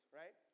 right